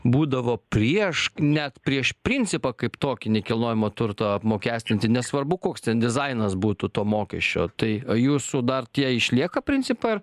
būdavo prieš net prieš principą kaip tokį nekilnojamą turtą apmokestinti nesvarbu koks ten dizainas būtų to mokesčio tai o jūsų dar tie išlieka principai ar